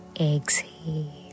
exhale